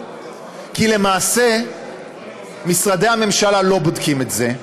כי למעשה משרדי הממשלה לא בודקים את זה.